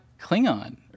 Klingon